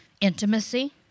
Intimacy